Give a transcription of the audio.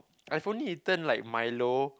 I've only eaten like Milo